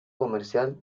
comercial